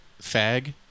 fag